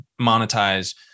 monetize